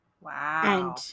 Wow